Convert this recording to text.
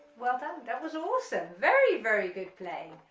well done, that was awesome. very very good playing,